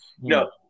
No